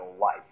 life